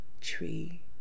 tree